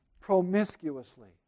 promiscuously